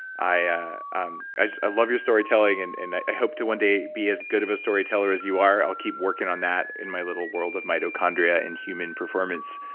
i um i love your storytelling and and i hope to one day be as good of a storyteller as you are. i'll keep working on that in my little world of mitochondria and human performance.